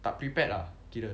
tak prepared lah kira